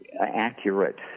accurate